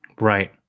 Right